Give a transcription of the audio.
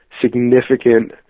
significant